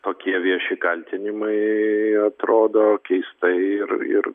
tokie vieši kaltinimai atrodo keistai ir ir